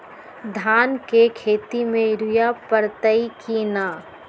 धान के खेती में यूरिया परतइ कि न?